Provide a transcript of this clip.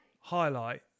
highlight